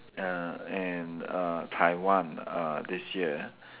uh and uh Taiwan uh this year